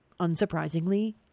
unsurprisingly